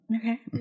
Okay